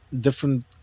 different